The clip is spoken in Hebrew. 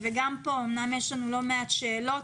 גם כאן יש לנו לא מעט שאלות.